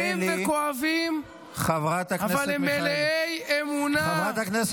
הם בוכים וכואבים, אבל הם מלאי אמונה.